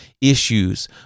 issues